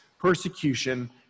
persecution